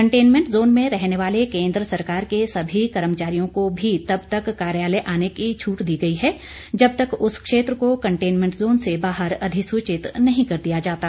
containment zone में रहने वाले केंद्र सरकार के सभी कर्मचारियों को भी तब तक कार्यालय आने की छूट दी गई है जब तक उस क्षेत्र को कनटेनमेंट जोन से बाहर अधिसूचित नहीं कर दिया जाता